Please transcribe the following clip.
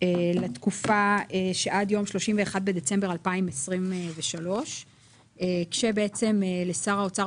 עד ליום 31 בדצמבר 2023. לשר האוצר,